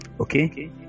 Okay